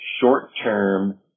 short-term